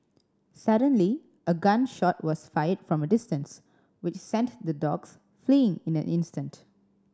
suddenly a gun shot was fired from a distance which sent the dogs fleeing in an instant